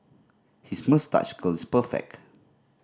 his moustache curl is perfect